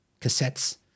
cassettes